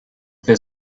there